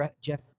Jeff